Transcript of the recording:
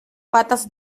patas